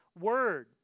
word